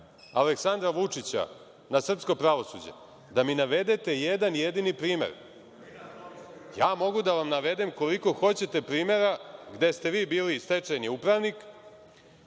Aleksandra Vučića na srpsko pravosuđe, da mi navedete jedan jedini primer. Ja mogu da vam navedem koliko hoćete primera gde ste vi bili stečajni upravnik